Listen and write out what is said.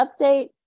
update